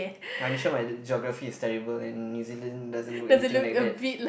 I'm sure my Geography is terrible and New Zealand doesn't look anything like that